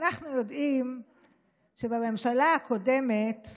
אנחנו יודעים שבממשלה הקודמת,